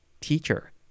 Teacher